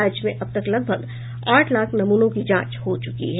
राज्य में अब तक लगभग आठ लाख नमूनों की जांच हो चुकी है